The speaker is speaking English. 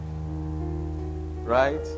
Right